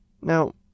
Now